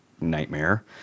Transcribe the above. nightmare